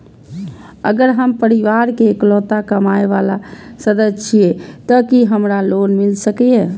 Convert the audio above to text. अगर हम परिवार के इकलौता कमाय वाला सदस्य छियै त की हमरा लोन मिल सकीए?